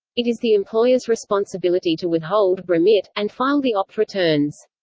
it is the employer's responsibility to withhold, remit, and file the opt returns.